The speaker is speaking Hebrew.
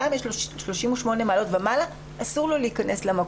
שבעה מיליון שקלים להכשרות.